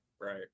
Right